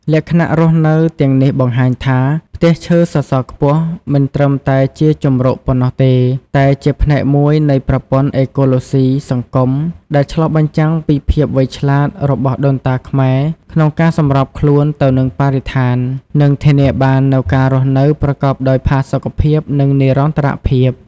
លក្ខណៈរស់នៅទាំងនេះបង្ហាញថា ផ្ទះឈើសសរខ្ពស់មិនត្រឹមតែជាជម្រកប៉ុណ្ណោះទេ តែជាផ្នែកមួយនៃប្រព័ន្ធអេកូឡូស៊ីសង្គមដែលឆ្លុះបញ្ចាំងពីភាពវៃឆ្លាតរបស់ដូនតាខ្មែរក្នុងការសម្របខ្លួនទៅនឹងបរិស្ថាន និងធានាបាននូវការរស់នៅប្រកបដោយផាសុកភាព និងនិរន្តរភាព ។